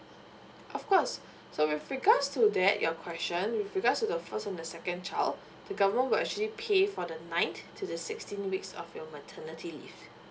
of course so with regards to that your question with regards to the first and the second child the government will actually pay for the ninth to the sixteen weeks of your maternity leave